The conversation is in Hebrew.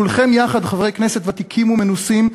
כולכם חברי כנסת ותיקים ומנוסים,